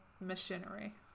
machinery